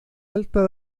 alta